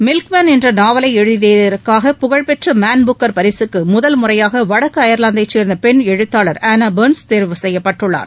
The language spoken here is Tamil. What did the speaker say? மில்க் மேன் என்ற நாவலை எழுதியதற்காக புகழ்பெற்ற மேன் புக்கா் பரிசுக்கு முதல்முறையாக வடக்கு அயர்லாந்தை சேர்ந்த பெண் எழுத்தாளர் அன்னா பர்ன்ஸ் தேர்வு செய்யப்பட்டுள்ளார்